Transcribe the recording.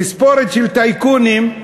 תספורת של טייקונים,